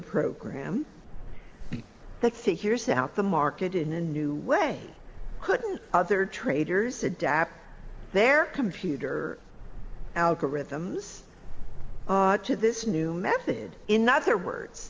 program that say here's out the market in a new way couldn't other traders adapt their computer algorithms to this new method in other words